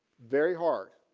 very hard